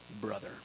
brother